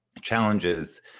challenges